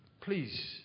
Please